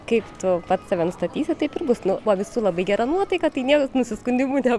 kaip tu pats save nustatysi taip ir bus nu bo visų labai gera nuotaika tai nie nusiskundimų ne